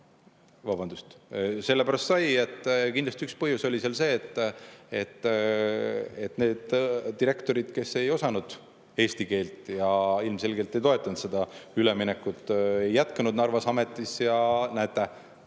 Vabandust! Sellepärast sai. Kindlasti üks põhjus oli see, et need direktorid, kes ei osanud eesti keelt ja ilmselgelt ei toetanud seda üleminekut, ei jätkanud Narvas ametis. Ja näete,